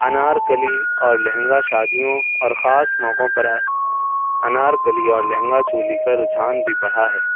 انار کلی اور لہنگا شادیوں اور خاص موقعوں پر انار کلی اور لہنگا چولی کا رجحان بھی بڑھا ہے